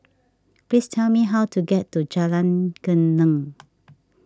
please tell me how to get to Jalan Geneng